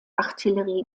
artillerie